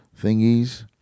thingies